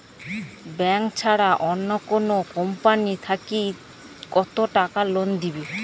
Bank ছাড়া অন্য কোনো কোম্পানি থাকি কত টাকা লোন দিবে?